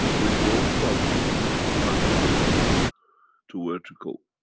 we go from horizontal to vertical